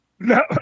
No